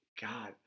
God